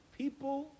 people